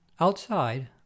Outside